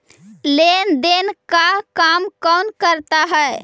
लेन देन का काम कौन करता है?